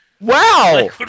Wow